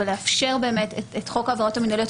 לאפשר את חוק העבירות המינהליות.